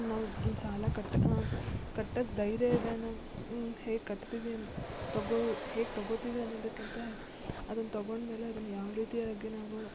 ನಾವು ಸಾಲ ಕಟ್ ಕಟ್ಟಕ್ಕೆ ಧೈರ್ಯ ಇದೆ ಅನ್ನೊ ಹೇಗೆ ಕಟ್ತೀವಿ ಇನ್ನು ತಗೊಳ್ಳ ಹೇಗೆ ತಗೊತೀವಿ ಅನ್ನೋದಕ್ಕಿಂತ ಅದನ್ನು ತಗೊಂಡ ಮೇಲೆ ಅದನ್ನು ಯಾವ ರೀತಿಯಾಗಿ ನಾವು